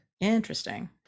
Interesting